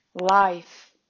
life